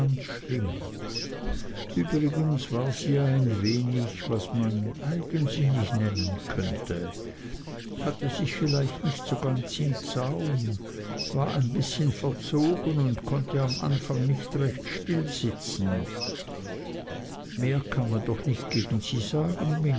schlimm übrigens war sie ja ein wenig was man eigensinnig nennen könnte hatte sich vielleicht nicht so ganz im zaum war ein bißchen verzogen und konnte am anfang nicht recht still sitzen mehr kann man doch nicht gegen sie sagen